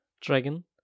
dragon